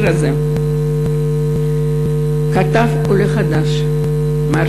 את השיר הזה כתב עולה חדש מארצות-הברית,